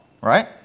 right